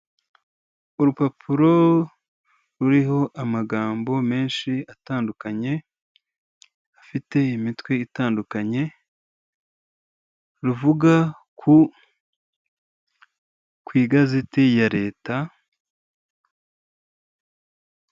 Urupapuro ruriho amagambo menshi atandukanye, afite imitwe itandukanye ruvuga ku ku igazeti ya leta.